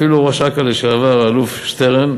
אפילו ראש אכ"א לשעבר, האלוף שטרן,